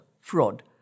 fraud